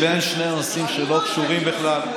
אתם קושרים בין שני נושאים שלא קשורים בכלל.